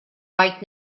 right